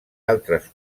altres